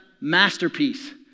masterpiece